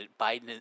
Biden